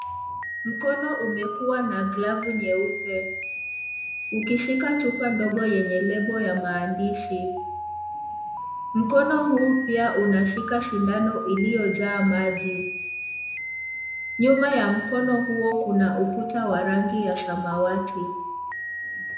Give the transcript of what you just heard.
Mkono umekuwa na glovu nyeupe. Ukishika chupa ndogo yenye lebo ya maandishi. Mkono huu pia unashika sindano iliyojaa maji. Nyuma ya mkono huo una rangi ya samawati.